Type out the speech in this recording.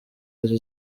arizo